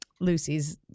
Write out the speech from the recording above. Lucy's